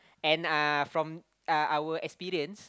and uh from uh our experience